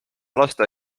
laste